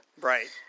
Right